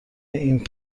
این